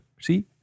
see